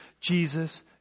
Jesus